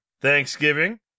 Thanksgiving